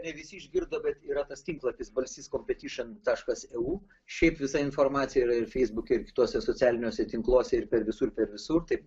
ne visi išgirdo bet yra tas tinklapis balsys kompetišin taškas eu šiaip visa informacija yra ir feisbuke ir kituose socialiniuose tinkluose ir visur visur taip